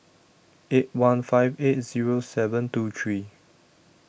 eight one five eight Zero seven two three